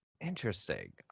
Interesting